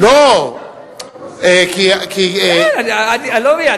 אני לא מבין,